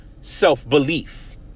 self-belief